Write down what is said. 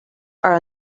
are